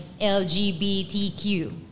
lgbtq